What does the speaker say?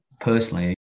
personally